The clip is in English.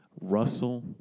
Russell